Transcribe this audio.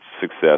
success